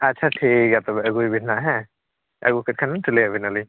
ᱟᱪᱪᱷᱟ ᱴᱷᱤᱠ ᱜᱮᱭᱟ ᱛᱚᱵᱮ ᱟᱹᱜᱩᱭ ᱵᱮᱱ ᱦᱟᱜ ᱦᱮᱸ ᱟᱹᱜᱩ ᱠᱮᱫ ᱠᱷᱟᱱ ᱥᱤᱞᱟᱹᱭ ᱟᱵᱮᱱᱟᱞᱤᱧ